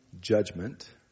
judgment